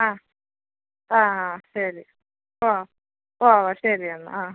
ആ ആ ആ ശരി ഓ ഓ ശരി എന്നാൽ ആ